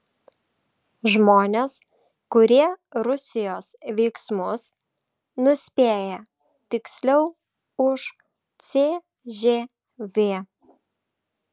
žmonės kurie rusijos veiksmus nuspėja tiksliau už cžv